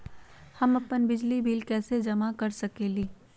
हम अपन बिजली बिल कैसे जमा कर सकेली?